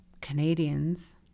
Canadians